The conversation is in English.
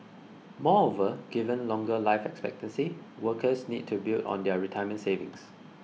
moreover given longer life expectancy workers need to build on their retirement savings